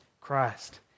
Christ